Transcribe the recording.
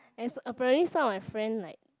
and apparently some of my friend like